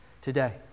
today